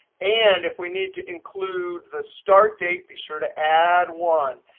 and if we need to include the start date, be sure to add one.